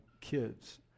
kids